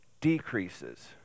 decreases